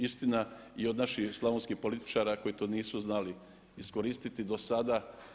Istina i od naših slavonskih političara koji to nisu znali iskoristiti dosada.